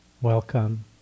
welcome